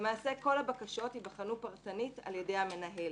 למעשה כל הבקשות ייבחנו פרטנית על ידי המנהל.